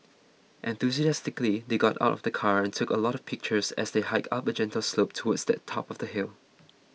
enthusiastically they got out of the car and took a lot of pictures as they hiked up a gentle slope towards the top of the hill